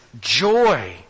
joy